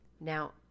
now